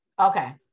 Okay